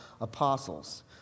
apostles